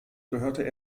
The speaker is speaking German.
gehörte